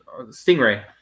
Stingray